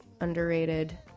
underrated